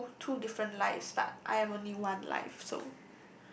two two different lives but I am only one life so